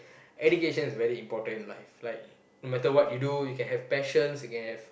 education is very important in life like no matter what you do you can have passion you can have